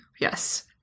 yes